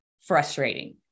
frustrating